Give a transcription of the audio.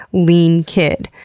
lean kid.